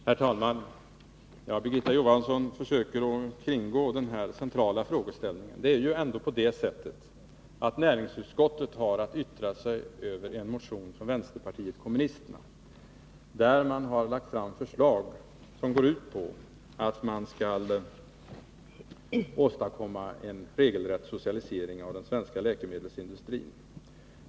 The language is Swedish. Herr talman! Birgitta Johansson försöker kringgå den centrala frågan. Men näringsutskottet har ändå att yttra sig över en motion från vänsterpartiet kommunisterna, vari framläggs förslag om en regelrätt socialisering av den svenska läkemedelsindustrin.